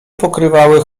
pokrywały